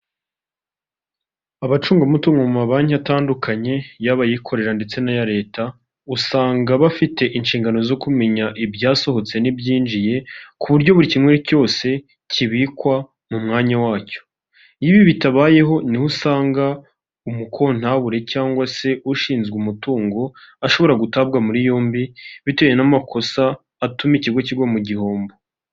Abacunga mutungo mu mabanki atandukanye yaba ayikorera ndetse n'aya leta usanga bafite inshingano zo kumenya ibyasohotse n'ibyinjiye, ku buryo buri kimwe cyose kibikwa mu mwanya wacyo, iyo ibi bitabayeho niho usanga umukontabure cyangwa se ushinzwe umutungo ashobora gutabwa muri yombi bitewe n'amakosa atuma ikigo kigwa mu gihombo.